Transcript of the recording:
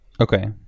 okay